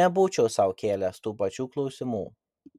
nebūčiau sau kėlęs tų pačių klausimų